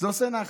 זה עושה נחת.